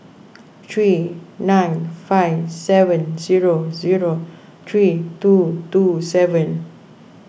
three nine five seven zero zero three two two seven